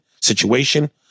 situation